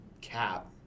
cap